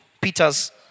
Peter's